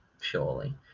surely